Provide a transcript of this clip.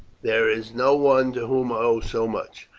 there is no one to whom i owe so much.